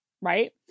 right